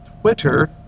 Twitter